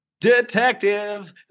detective